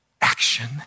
action